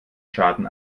schaden